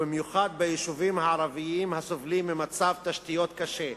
ובמיוחד ביישובים הערביים הסובלים ממצב תשתיות קשה.